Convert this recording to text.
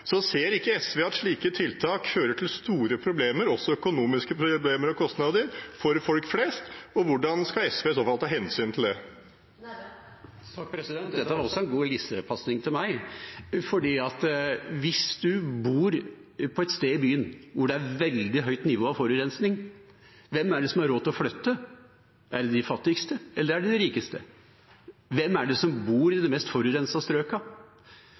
Så ser ikke SV at slike tiltak fører til store problemer, også økonomiske problemer og kostnader, for folk flest? Hvordan skal SV i så fall ta hensyn til det? Dette var også en god lissepasning til meg, for hvis man bor på et sted i byen hvor det er veldig høyt nivå av forurensning – hvem er det som har råd til å flytte? Er det de fattigste, eller er det de rikeste? Hvem er det som bor i de mest